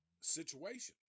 situation